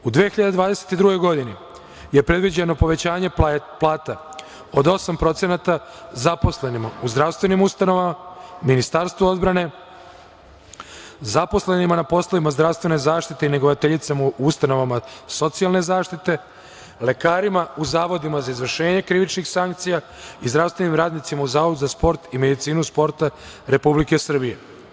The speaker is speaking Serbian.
U 2022. godini je predviđeno povećanje plata od 8% zaposlenima u zdravstvenim ustanovama, Ministarstvu odbrane, zaposlenima na poslovima zdravstvene zaštite i negovateljicama u ustanovama socijalne zaštite, lekarima, u Zavodima za izvršenje krivičnih sankcija i zdravstvenim radnicima u Zavodu za sport i medicinu sporta Republike Srbije.